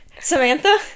samantha